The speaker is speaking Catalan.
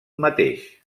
mateix